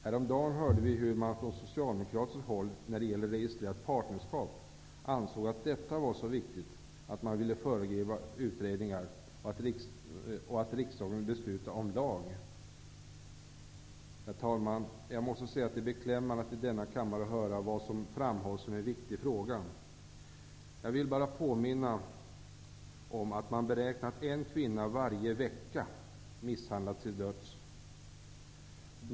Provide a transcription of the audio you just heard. Häromdagen hörde vi hur man från socialdemokratiskt håll ansåg att frågan om registrerat partnerskap inte var så viktig att man ville föregripa utredningar och i riksdagen besluta om lag. Herr talman! Jag måste säga att det är beklämmande att höra vad som i denna kammare framhålls som en viktig fråga. Jag vill bara påminna om att man beräknar att det är en kvinna som misshandlas till döds varje dag.